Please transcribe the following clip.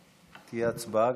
תהיה הצבעה,